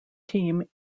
team